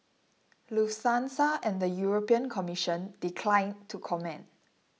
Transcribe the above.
Lufthansa and the European Commission declined to comment